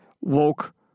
woke